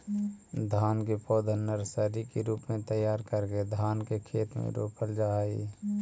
धान के पौधा नर्सरी के रूप में तैयार करके धान के खेत में रोपल जा हइ